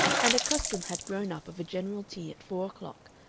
and a custom had grown up of a general tea at four o'clock,